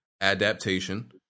adaptation